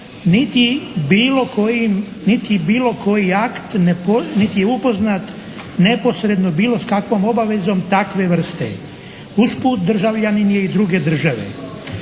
niti bilo koji akt, niti je upoznat neposredno bilo s kakvom obavezom takve vrste. Usput državljanin je i druge države.